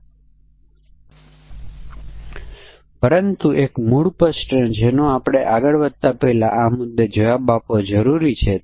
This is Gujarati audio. જે 18 માં પણ એવું જ છે 18 ને ઇન્ટર્ન તરીકે અને સંપૂર્ણ સમય તરીકે પણ રાખી શકાય છે અને 65માં પણ એવું છે